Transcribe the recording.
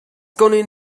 کنین